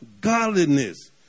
godliness